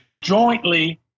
jointly